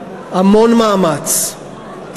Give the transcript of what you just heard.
המון מאמץ,